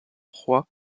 proie